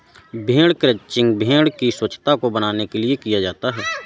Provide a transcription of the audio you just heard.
भेड़ क्रंचिंग भेड़ की स्वच्छता को बनाने के लिए किया जाता है